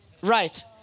right